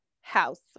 house